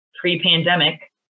pre-pandemic